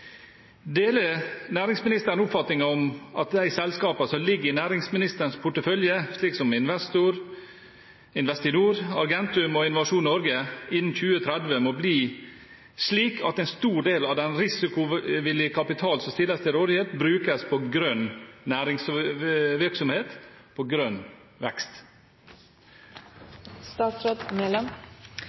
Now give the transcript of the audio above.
Deler statsråden oppfatningen av at de selskapene som ligger i næringsministerens portefølje, slik som Investinor, Argentum og Innovasjon Norge, innen 2030 må bli slik at en stor andel av den risikovillige kapital som stilles til rådighet, brukes på grønn næringsvirksomhet, på grønn